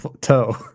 toe